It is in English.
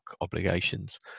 obligations